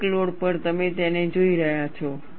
peak load પર તમે તેને જોઈ રહ્યા છો